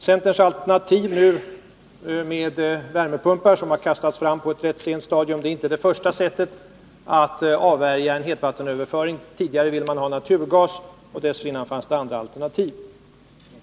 Centerns alternativ med värmepumpar, som har kastats fram på ett rätt sent stadium, är inte det första sättet att avvärja en hetvattenöverföring. Tidigare ville man ha naturgas, och dessförinnan fanns det andra alternativ.